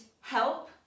help